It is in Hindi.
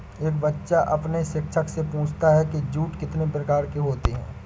एक बच्चा अपने शिक्षक से पूछता है कि जूट कितने प्रकार के होते हैं?